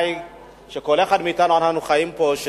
וכל אחד מאתנו שחי פה יודע,